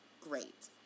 great